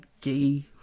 gay